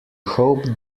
hope